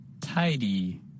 tidy